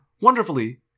wonderfully